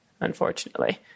unfortunately